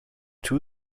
two